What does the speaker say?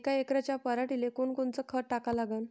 यका एकराच्या पराटीले कोनकोनचं खत टाका लागन?